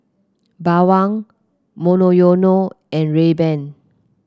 Bawang Monoyono and Rayban